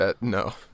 No